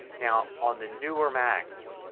now on the newer macs